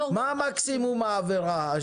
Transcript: מה מקסימום העבירה?